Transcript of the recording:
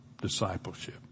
Discipleship